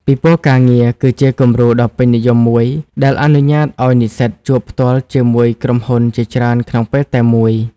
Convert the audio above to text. ពិព័រណ៍ការងារ គឺជាគំរូដ៏ពេញនិយមមួយដែលអនុញ្ញាតឱ្យនិស្សិតជួបផ្ទាល់ជាមួយក្រុមហ៊ុនជាច្រើនក្នុងពេលតែមួយ។